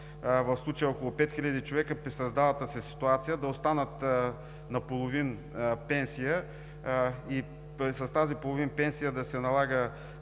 в случая около пет хиляди човека, при създалата се ситуация да останат на половин пенсия и с тази половин пенсия да се налага